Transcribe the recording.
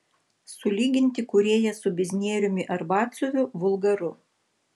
sulyginti kūrėją su biznieriumi ar batsiuviu vulgaru